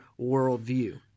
worldview